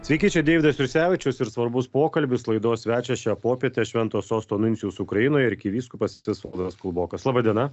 sveiki čia deividas jursevičius ir svarbus pokalbis laidos svečias šią popietę švento sosto nuncijus ukrainoje arkivyskupas visvaldas kulbokas laba diena